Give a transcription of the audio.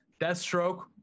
Deathstroke